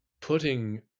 putting